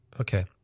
Okay